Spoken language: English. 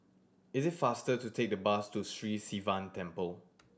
is it faster to take the bus to Sri Sivan Temple